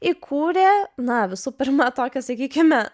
įkūrė na visų pirma tokia sakykime